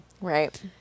Right